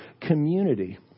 community